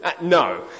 No